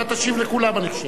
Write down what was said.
אתה תשיב לכולם, אני חושב.